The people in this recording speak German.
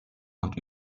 und